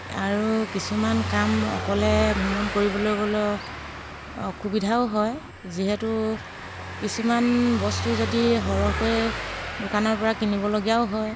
আৰু কিছুমান কাম অকলে ভ্ৰমণ কৰিবলৈ গ'লে অসুবিধাও হয় যিহেতু কিছুমান বস্তু যদি সৰহকৈ দোকানৰপৰা কিনিবলগীয়াও হয়